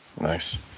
Nice